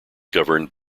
governed